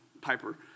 Piper